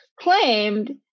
claimed